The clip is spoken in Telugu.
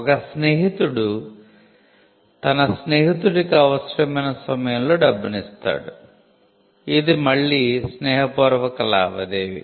ఒక స్నేహితుడు తన స్నేహితుడికి అవసరమైన సమయంలో డబ్బును ఇస్తాడు అది మళ్ళీ స్నేహపూర్వక లావాదేవి